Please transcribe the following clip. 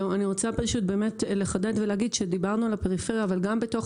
אני רוצה לחדד ולהגיד שדיברנו על הפריפריה אבל גם בתוך